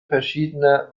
verschiedener